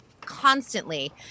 constantly